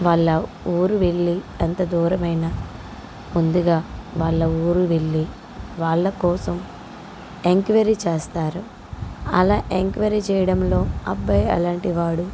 వాళ్ళ ఊరు వెళ్ళి ఎంత దూరమైనా ముందుగా వాళ్ళ ఊరు వెళ్ళి వాళ్ళ కోసం ఎంక్వయిరీ చేస్తారు అలా ఎంక్వైరీ చేయడంలో అబ్బాయి ఎలాంటివాడు